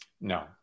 No